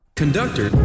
conductor